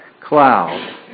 cloud